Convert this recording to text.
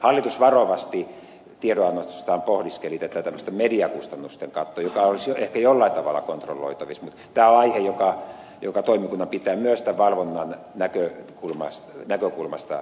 hallitus varovasti tiedonannossaan pohdiskeli tämmöistä mediakustannusten kattoa joka olisi ehkä jollain tavalla kontrolloitavissa mutta tämä on aihe joka toimikunnan pitää myös tämän valvonnan näkökulmasta pohtia tarkkaan